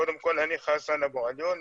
קודם כל אני חסן אבו עליון,